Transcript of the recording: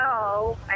No